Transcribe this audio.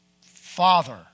Father